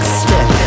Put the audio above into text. stick